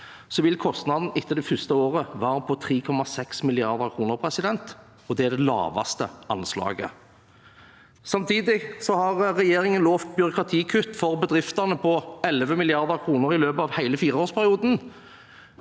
vil kostnadene etter det første året være på 3,6 mrd. kr. – og det er det laveste anslaget. Samtidig har regjeringen lovet byråkratikutt for bedriftene på 11 mrd. kr i løpet av hele fireårsperioden.